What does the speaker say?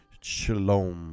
Shalom